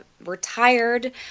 retired